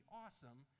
awesome